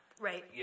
Right